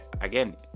again